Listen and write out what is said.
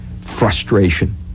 frustration